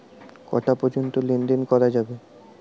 কটা পর্যন্ত লেন দেন করা যাবে?